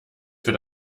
für